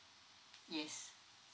yes